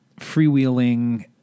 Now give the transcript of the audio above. freewheeling